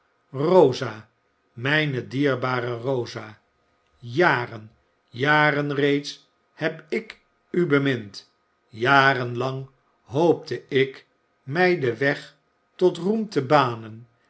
rosa mijne dierbare rosa jaren jaren reeds heb ik u bemind jaren lang hoopte ik mij den weg tot roem te banen